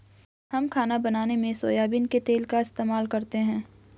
हम खाना बनाने में सोयाबीन के तेल का इस्तेमाल करते हैं